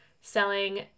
selling